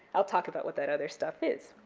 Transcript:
i'll talk about what that other stuff is.